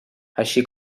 així